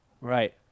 Right